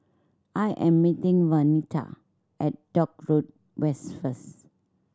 I am meeting Waneta at Dock Road West first